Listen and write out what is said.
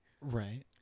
Right